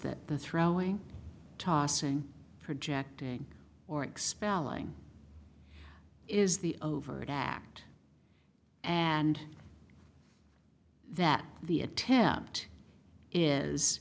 that the throwing tossing projecting or expelling is the overt act and that the attempt is